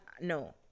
no